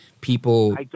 people